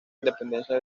independencia